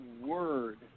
word